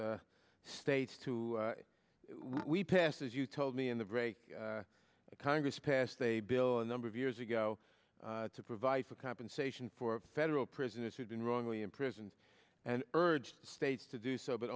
e states to we pass as you told me in the break congress passed a bill a number of years ago to provide for compensation for federal prisoners who've been wrongly imprisoned and urged states to do so but